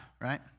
right